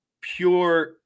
pure